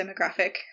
demographic